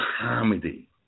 comedy